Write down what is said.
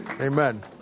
Amen